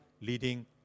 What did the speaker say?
leading